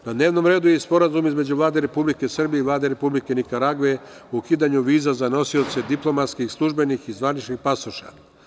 Na dnevnom redu j i i sporazum između Vlade Republike Srbije i Vlade Republike Nikaragve o ukidanju viza za nosioce diplomatskih, službenih i zvaničnih pasoša.